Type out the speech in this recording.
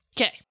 Okay